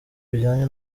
bijyanye